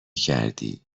کردی